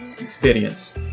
experience